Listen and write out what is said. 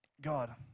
God